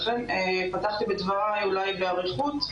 לכן פתחתי בדבריי אולי באריכות,